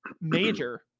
major